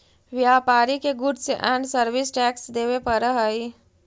व्यापारि के goods and service tax देवे पड़ऽ हई